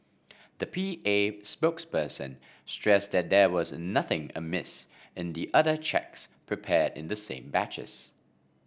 the P A spokesperson stressed that there was nothing amiss in the other cheques prepared in the same batches